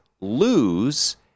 lose